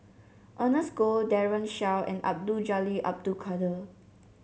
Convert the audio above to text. Ernest Goh Daren Shiau and Abdul Jalil Abdul Kadir